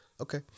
Okay